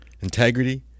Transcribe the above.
integrity